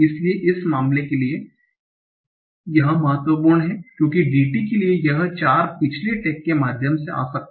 इसलिए इस मामले के लिए यह महत्वपूर्ण है क्योंकि DT के लिए यह 4 पिछले टैग के माध्यम से आ सकता है